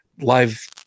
live